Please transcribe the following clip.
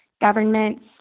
governments